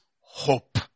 hope